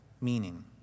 meaning